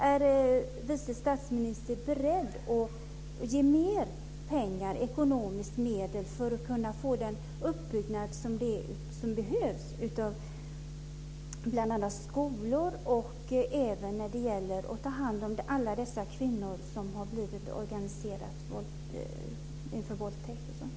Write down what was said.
Är vice statsministern beredd att ge mer pengar och ekonomiska medel för att kunna få den uppbyggnad som behövs av bl.a. skolor och även när det gäller att ta hand om alla dessa kvinnor som blivit utsatta för organiserade våldtäkter?